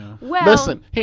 Listen